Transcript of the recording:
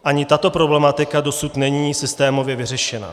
Ani tato problematika dosud není systémově vyřešena.